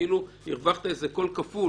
שכאילו הרווחת איזה קול כפול.